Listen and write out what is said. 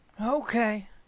Okay